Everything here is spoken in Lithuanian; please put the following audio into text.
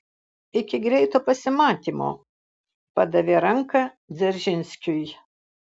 iki greito pasimatymo padavė ranką dzeržinskiui